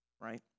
right